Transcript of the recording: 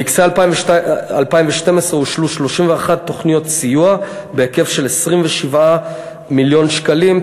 במקצה 2012 אושרו 31 תוכניות סיוע בהיקף של 27 מיליון שקלים,